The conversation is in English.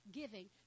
giving